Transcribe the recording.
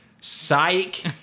Psych